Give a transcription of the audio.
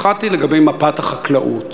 אחת היא לגבי מפת החקלאות: